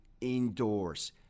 indoors